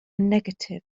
negatif